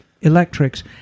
electrics